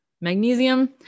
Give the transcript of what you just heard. magnesium